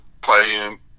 playing